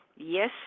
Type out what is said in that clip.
yes